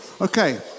Okay